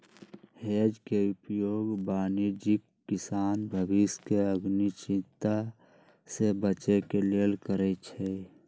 hedge के उपयोग वाणिज्यिक किसान भविष्य के अनिश्चितता से बचे के लेल करइ छै